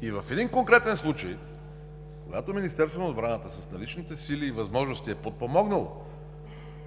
И в един конкретен случай, когато Министерството на отбраната с наличните сили и възможности е подпомогнало